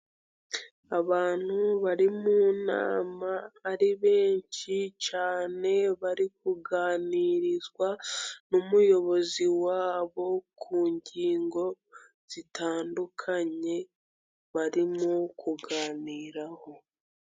Abantu bari mu nama, ari benshi cyane, bari kuganirizwa n'umuyobozi wabo ku ngingo zitandukanye barimo kuganiraho.